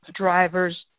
drivers